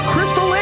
Crystal